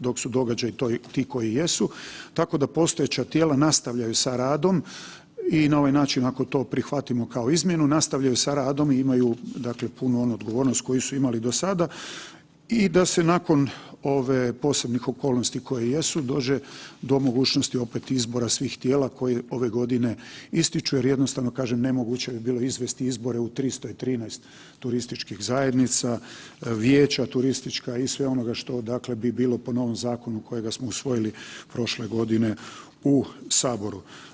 dok su događaji ti koji jesu, tako da postojeća tijela nastavljaju sa radom i na ovaj način ako to prihvatimo kao izmjenu, nastavljaju sa radom i imaju, dakle punu onu odgovornost koju su imali i do sada i da se nakon ovih posebnih okolnosti koje jesu dođe do mogućnosti opet izbora svih tijela koji ove godine ističu jer jednostavno kažem nemoguće bi bilo izvesti izbore u 313 turističkih zajednica, vijeća turistička i sve onoga što, dakle bi bilo po novom zakonu kojega smo usvojili prošle godine u saboru.